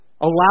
allow